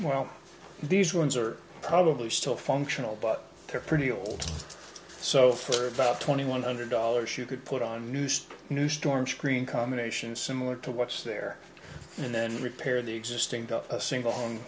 well these ones are probably still functional but they're pretty old so for about twenty one hundred dollars you could put on newsday new storm screen combination similar to what's there and then repaired the existing single ho